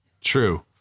True